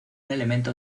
elemento